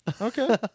Okay